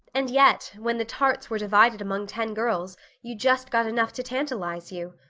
and yet, when the tarts were divided among ten girls you just got enough to tantalize you.